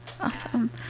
Awesome